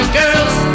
girls